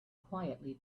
quietly